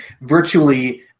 virtually